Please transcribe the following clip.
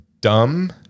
dumb